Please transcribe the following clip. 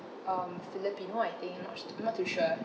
um filipino I think I'm not s~ I'm not too sure